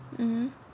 mmhmm